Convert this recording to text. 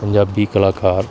ਪੰਜਾਬੀ ਕਲਾਕਾਰ